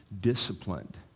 disciplined